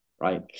right